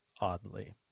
oddly